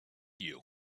you